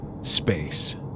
space